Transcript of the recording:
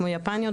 כמו יפניות,